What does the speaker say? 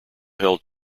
held